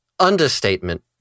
understatement